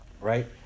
right